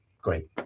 great